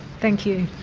thank you.